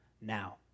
now